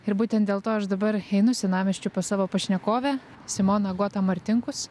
ir būtent dėl to aš dabar einu senamiesčiu pas savo pašnekovę simoną agotą martinkus